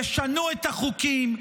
תשנו את החוקים,